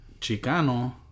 Chicano